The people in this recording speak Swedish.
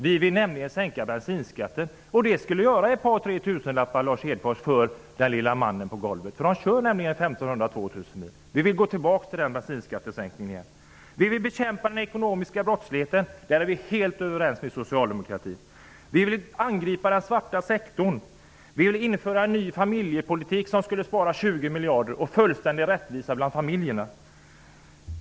Vi vill nämligen sänka bensinskatten. Det skulle göra ett par tre tusenlappar, Lars Hedfors, för ''den lilla mannen på golvet'', som nämligen kör 1 500--2 000 mil per år. Vi vill återgå till bensinskattesänkningen. Vi vill bekämpa den ekonomiska brottsligheten. Där är vi helt överens med Socialdemokraterna. Vi vill angripa den svarta sektorn. Vi vill införa en ny familjepolitik som skulle spara 20 miljarder och skapa fullständig rättvisa mellan familjerna.